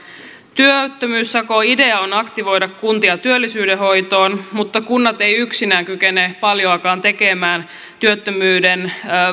työttömyyssakon idea on aktivoida kuntia työllisyyden hoitoon mutta kunnat eivät yksinään kykene paljoakaan tekemään työttömyyden